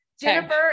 Jennifer